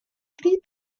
creed